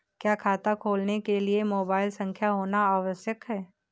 क्या खाता खोलने के लिए मोबाइल संख्या होना आवश्यक है?